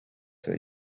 that